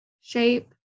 shape